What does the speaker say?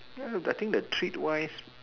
mm I think the treat wise